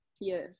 Yes